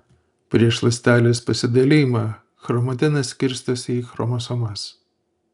prieš ląstelės pasidalijimą chromatinas skirstosi į chromosomas